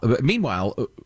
Meanwhile